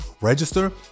Register